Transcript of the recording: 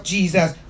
Jesus